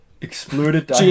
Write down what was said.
exploded